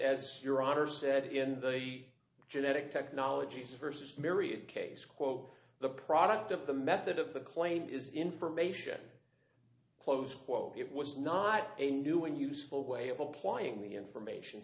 as your honor said in the genetic technologies versus myriad case quote the product of the method of the claim is information close quote it was not a new and useful way of applying the information